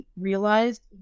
realized